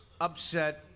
upset